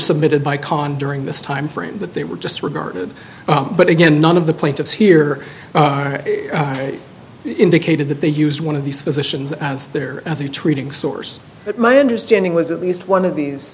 submitted by conn during this timeframe that they were just regarded but again none of the plaintiffs here indicated that they use one of these positions as they're treating source but my understanding was at least one of these